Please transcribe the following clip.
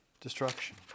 destruction